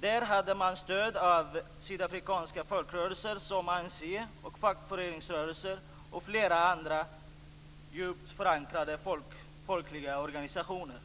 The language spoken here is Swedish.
Där hade man stöd av sydafrikanska folkrörelser som ANC, fackföreningsrörelsen och flera andra djupt förankrade folkliga organisationer.